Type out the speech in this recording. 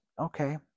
okay